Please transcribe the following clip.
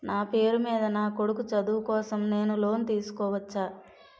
నా పేరు మీద నా కొడుకు చదువు కోసం నేను లోన్ తీసుకోవచ్చా?